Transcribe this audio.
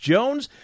Jones